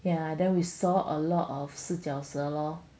ya then we saw a lot of 四脚蛇 loh